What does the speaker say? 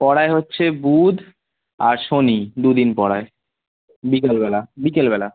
পড়ায় হচ্ছে বুধ আর শনি দু দিন পড়ায় বিকেলবেলা বিকেলবেলা